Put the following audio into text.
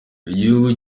igihugu